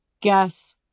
Guess